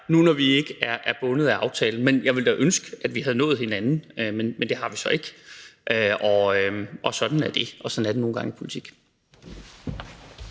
når vi nu ikke er bundet af aftalen. Men jeg ville da ønske, at vi havde nået hinanden, men det har vi så ikke, og sådan er det. Sådan er det nogle gange i politik.